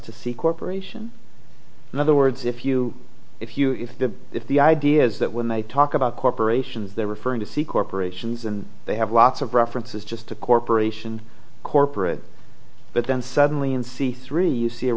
to see corp in other words if you if you if the if the idea is that when they talk about corporations they're referring to see corporations and they have lots of references just a corporation corporate but then suddenly in c three you see a